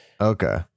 okay